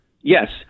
Yes